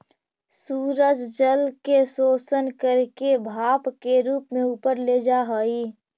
सूरज जल के शोषण करके भाप के रूप में ऊपर ले जा हई